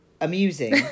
amusing